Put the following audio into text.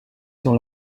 sur